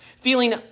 feeling